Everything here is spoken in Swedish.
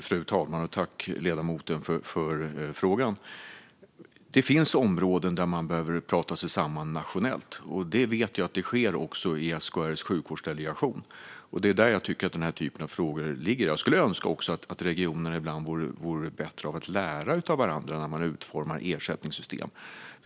Fru talman! Tack, ledamoten, för frågan! Det finns områden där man behöver prata sig samman nationellt. Jag vet att det sker i SKR:s sjukvårdsdelegation. Det är också där jag tycker att den typen av frågor ska ligga. Jag skulle önska att regionerna vore bättre på att lära av varandra när man utformar ersättningssystem.